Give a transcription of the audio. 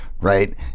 right